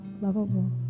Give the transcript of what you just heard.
lovable